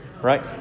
right